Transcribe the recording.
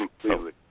completely